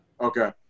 Okay